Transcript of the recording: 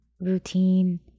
routine